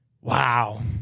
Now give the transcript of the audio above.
Wow